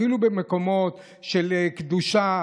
אפילו במקומות של קדושה,